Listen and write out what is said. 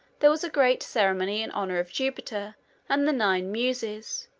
there was a great ceremony in honor of jupiter and the nine muses,